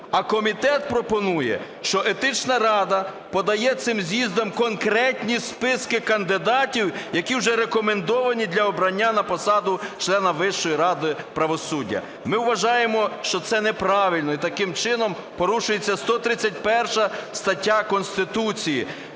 А комітет пропонує, що Етична рада подає цим з'їздам конкретні списки кандидатів, які вже рекомендовані для обрання на посаду члена Вищої ради правосуддя. Ми вважаємо, що це неправильно, і таким чином порушується 131 стаття Конституції.